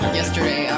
yesterday